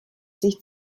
sich